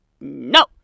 no